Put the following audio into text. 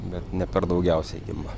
bet ne per daugiausiai ima